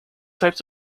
types